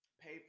pay